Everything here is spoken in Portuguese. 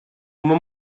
uma